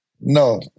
no